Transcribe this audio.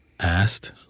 Asked